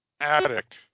addict